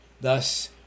Thus